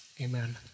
Amen